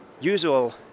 usual